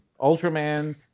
Ultraman